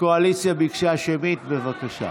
הקואליציה ביקשה שמית, בבקשה.